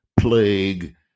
plague